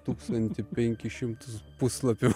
tūkstantį penkis šimtus puslapių